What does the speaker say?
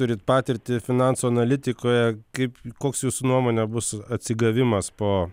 turit patirtį finansų analitikoje kaip koks jūsų nuomone bus atsigavimas po